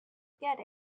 get